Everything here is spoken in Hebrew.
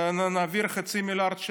חצי מיליארד שקל.